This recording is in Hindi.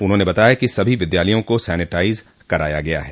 उन्होंने बताया कि सभी विद्यालयों को सैनिटाइज कराया गया है